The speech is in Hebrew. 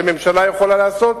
את זה ממשלה יכולה לעשות,